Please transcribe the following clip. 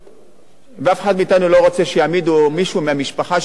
ואף אחד מאתנו לא רוצה שיעמידו מישהו מהמשפחה שלו בתור,